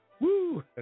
Woo